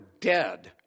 dead